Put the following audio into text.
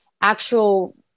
actual